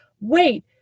wait